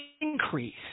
increase